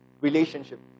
relationship